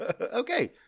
Okay